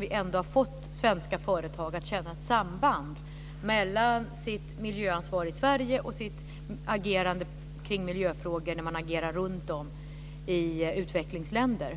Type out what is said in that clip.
Vi har fått svenska företag att känna ett samband mellan sitt miljöansvar i Sverige och sitt agerande i miljöfrågor runtom i utvecklingsländer